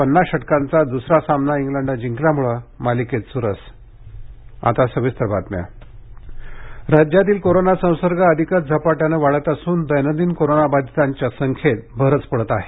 पन्नास षटकांचा दुसरा सामना इंग्लंडन जिंकल्यामुळं मालिकेत चुरस राज्य कोविड राज्यातील कोरोना संसर्ग अधिकच झपाट्याने वाढत असून दैनंदिन कोरोना बाधितांच्या संख्येत भरच पडत आहे